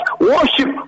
worship